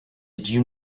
you